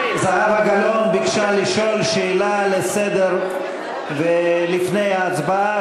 זהבה גלאון ביקשה לשאול שאלה לסדר לפני ההצבעה,